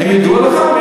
האם ידוע לך?